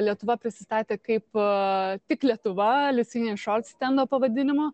lietuva prisistatė kaip tik lietuva lithuania šorst stendo pavadinimo